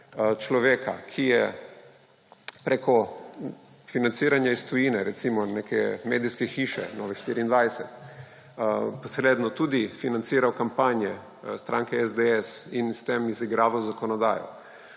človeka, ki je preko financiranja iz tujine, recimo neke medijske hiše Nove24, posredno tudi financiral kampanje stranke SDS in s tem izigraval zakonodajo,